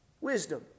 Wisdom